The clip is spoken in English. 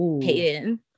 Hayden